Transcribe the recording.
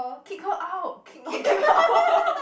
kick her out kick not kick her out